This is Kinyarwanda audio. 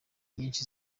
nyinshi